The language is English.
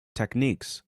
techniques